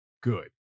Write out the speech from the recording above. good